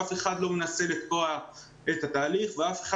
אף אחד לא מנסה לתקוע את התהליך ואף אחד